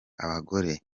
abagore